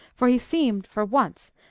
for he seemed, for once,